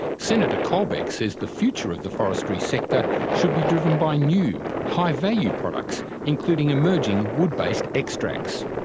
senator colbeck says the future of the forestry sector should be driven by new, high value products, including emerging wood-based extracts.